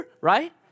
Right